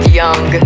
young